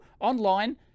online